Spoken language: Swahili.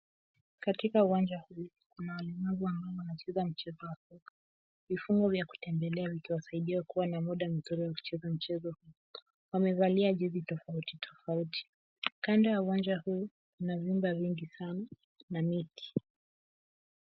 Katika uwanja huu kuna walemavu wanaocheza mchezo wa soka. Vifaa vga kutembelea vikiwasaidia kuwa na muda mzuri wa kucheza mchezo huo. Kando uwanja huu kuna vyumba vingi sana na mti.